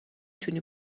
تونی